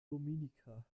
dominica